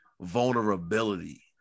vulnerability